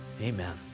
Amen